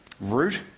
root